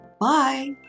Bye